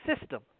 system